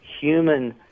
human